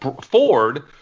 Ford